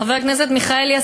חבר הכנסת מיכאלי,